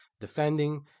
defending